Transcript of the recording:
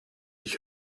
ich